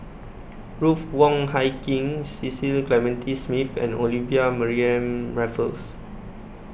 Ruth Wong Hie King Cecil Clementi Smith and Olivia Mariamne Raffles